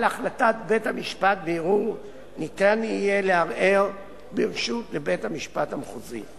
על החלטת בית-המשפט בערעור ניתן יהיה לערער ברשות לבית-המשפט המחוזי.